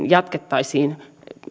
jatkettaisiin